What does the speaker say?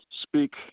Speak